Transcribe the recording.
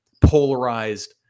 polarized